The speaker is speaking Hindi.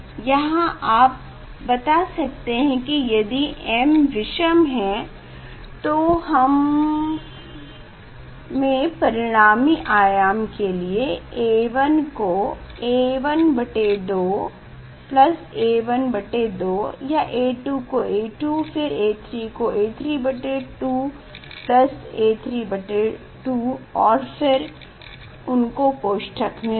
यहाँ आप बता सकते हैं कि यदि m विषम है हम तो परिणामी आयाम के लिए A1 को A12 A12 A2 को A2 फिर A3 को A32 A32 और फिर उनके कोष्ठक में रखें